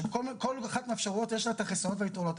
שכל אחת מהאפשרויות יש לה את החסרונות והיתרונות.